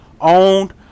owned